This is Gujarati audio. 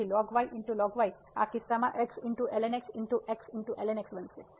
તેથી આ કિસ્સામાં બનશે